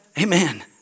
Amen